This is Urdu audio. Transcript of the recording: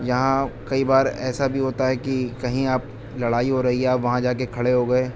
یہاں کئی بار ایسا بھی ہوتا ہے کہ کہیں آپ لڑائی ہو رہی ہیں آپ وہاں جا کے کھڑے ہو گئے